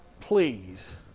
please